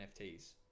nfts